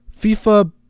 FIFA